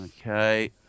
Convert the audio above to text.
Okay